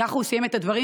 ככה הוא סיים את הדברים,